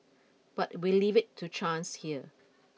but we leave it to chance here